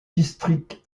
district